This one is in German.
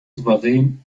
souverän